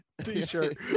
t-shirt